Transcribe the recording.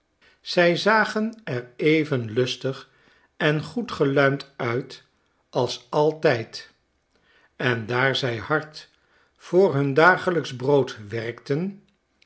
zij zagen er even lustig en goed geluimd uit als altijdj en daar zij hard voor hun dagelijksch brood werkten